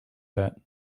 that